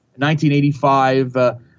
1985